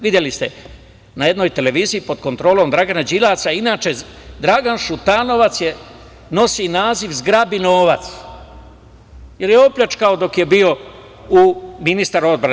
Videli ste na jednoj televiziji, pod kontrolom Dragana Đilasa, a inače Dragan Šutanovac nosi naziv „zgrabinovac“, jer je pljačkao dok je bio ministar odbrane.